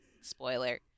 spoiler